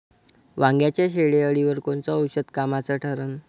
वांग्याच्या शेंडेअळीवर कोनचं औषध कामाचं ठरन?